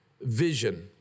vision